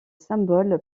symbole